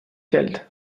geld